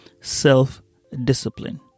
self-discipline